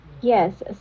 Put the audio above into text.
Yes